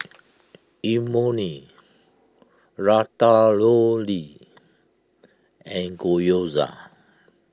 Imoni Ratatouille and Gyoza